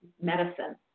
medicine